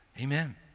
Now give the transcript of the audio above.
Amen